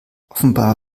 offenbar